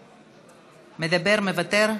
מדבר, מוותר'